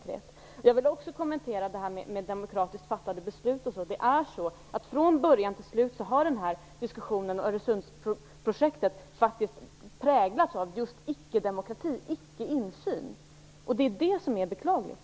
Jag vill också kommentera frågan om demokratiskt fattade beslut. Från början till slut har diskussionen om Öresundsprojektet faktiskt präglats av ickedemokrati och icke-insyn, vilket är beklagligt.